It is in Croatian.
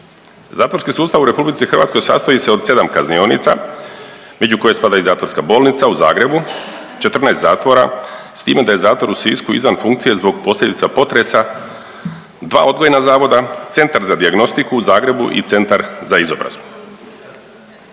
Zatvorski sustav u Republici Hrvatskoj sastoji se od 7 kaznionica među koje spada i zatvorska bolnica u zagrebu, 14 zatvora, s time da je zatvor u Sisku izvan funkcije zbog posljedica potresa, dva odgojna zavoda, Centar za dijagnostiku u Zagrebu i Centar za izobrazbu.